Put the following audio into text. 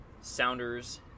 Sounders